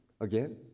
again